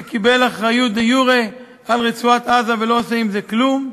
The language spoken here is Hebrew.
שקיבל אחריות דה-יורה על רצועת-עזה ולא עושה עם זה כלום?